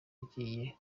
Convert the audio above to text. agiye